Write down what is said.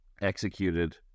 executed